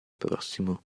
prossimo